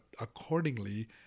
accordingly